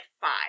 five